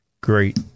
great